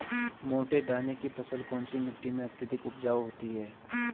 मोटे दाने की फसल कौन सी मिट्टी में अत्यधिक उपजाऊ होती है?